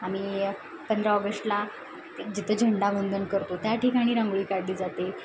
आम्ही पंधरा ऑगश्टला जिथं झेंडा वंदन करतो त्या ठिकाणी रांगोळी काढली जाते